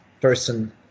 person